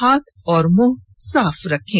हाथ और मुंह साफ रखें